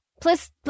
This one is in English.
Plus